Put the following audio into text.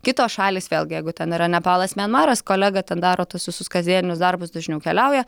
kitos šalys vėlgi jeigu ten yra nepalas mianmaras kolega ten daro tuos visus kasdieninius darbus dažniau keliauja